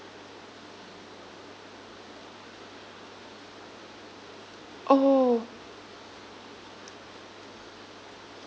orh